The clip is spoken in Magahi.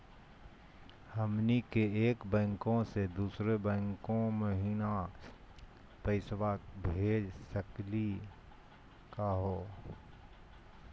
हमनी के एक बैंको स दुसरो बैंको महिना पैसवा भेज सकली का हो?